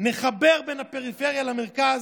נחבר בין הפריפריה למרכז,